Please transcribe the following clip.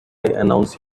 announce